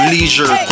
Leisure